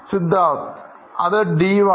Siddharth അത് D one